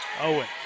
Owen